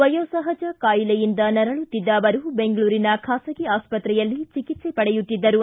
ವಯೋಸಹಜ ಕಾಯಿಲೆಯಿಂದ ನರಳುತ್ತಿದ್ದ ಅವರು ಬೆಂಗಳೂರಿನ ಬಾಸಗಿ ಆಸ್ವತ್ರೆಯಲ್ಲಿ ಚಿಕಿತ್ಸೆ ಪಡೆಯುತ್ತಿದ್ದರು